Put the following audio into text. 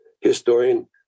Historian